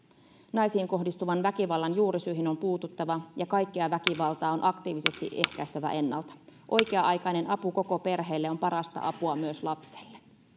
naisiin kohdistuvan väkivallan juurisyihin on puututtava ja kaikkea väkivaltaa on aktiivisesti ehkäistävä ennalta oikea aikainen apu koko perheelle on parasta apua myös lapselle